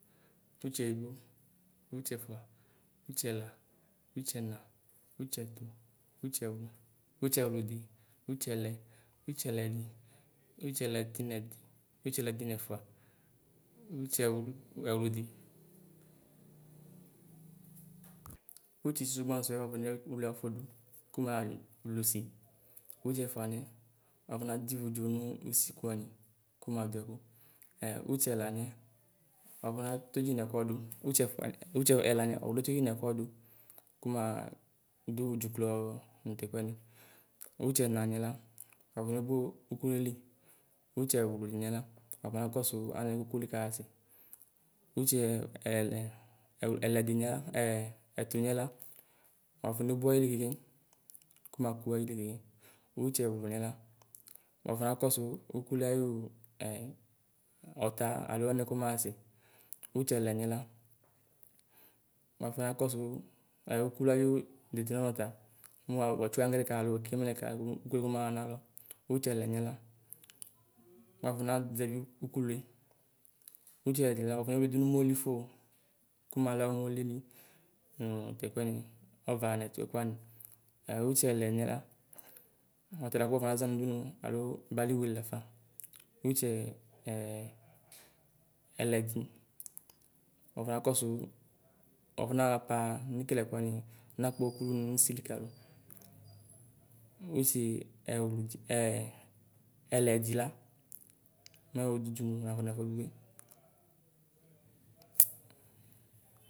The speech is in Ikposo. Utsedigbo, utsefua, utsela, utsena utsɛtu, utsɛwlu, utsewladi, utsɛlɛ, utsɛlɛdi, utsɛlɛtinɛti, utsɛlɛtinɛfʋa utsɛwluɛwludi. Utsisigbaŋsuɛ wuafone wle ɛfu du kumadvlusi. Utsaɛfaniɛ wuafɔna divudu nu usikuwani kuma duɛku. Utselaniɛ wuafona todʒi nɛkuodu. Utsɛfuani utsiɛlaniɛ wuonetodʒi nɛkuodu kumaa dudzuklɔɔ nu tɛkuɛni. Utsenamiɛ la woafone bo ukuluele utsɛwlumiɛ la wuafona kɔsu anɛɛ ukulue kaɣasɛ. utsiɛ ɛ ɛlɛ, ɛlɛdi niɛ la ɛ, ɛtumiɛla wuafɔnebo ayili kekem, kumakuayili kekem; utsiɛwlomiɛ la Wafo kɔsu ukulué ayu ɛ ɔta alo anɛ kɔmaɣa sɛ utsiɛlɛ miɛ la wafo na kɔsu ukulu ayu dedienɔnɔta muwa wuetsue aŋgre ka alo wekelemɛ ka ukulue kɔmaɣa nalo. Utsɛlɛ miɛ la wuafona ʒɛvi ukulue. Utsɛlɛdu la wafo neyuidu numolifu kumala umolibi nuu tɛkuɛni ɔvaa nu tɛkuɛni. a utsɛlɛ miɛ la ɔtala ku wuafɔnaʒa nudunu aloo baliwe lafa. Utsɛɛ ɛ ɛlɛdi awuafɔna kɔsu, wuafɔnaɣapa nekeleɛkuni, nakpɔ ukuluni nusili kalu. Utsii ɛwludu ɛ ɛlɛdi la mɛ ududunu unafɔɣɛfuɛdi kpekpe.